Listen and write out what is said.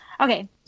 Okay